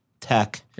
tech